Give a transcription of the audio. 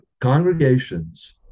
congregations